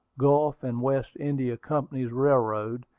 gulf and west india company's railroad,